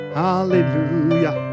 hallelujah